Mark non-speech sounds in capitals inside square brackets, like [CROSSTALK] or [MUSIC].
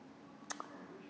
[NOISE]